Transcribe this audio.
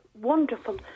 wonderful